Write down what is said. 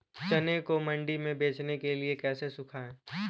चने को मंडी में बेचने के लिए कैसे सुखाएँ?